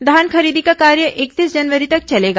धान खरीदी का कार्य इकतीस जनवरी तक चलेगा